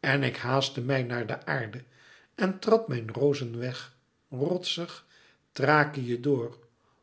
en ik haastte mij naar de aarde en trad mijn rozenweg rotsig thrakië door